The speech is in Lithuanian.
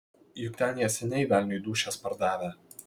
juk ten jie seniai velniui dūšias pardavę